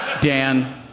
Dan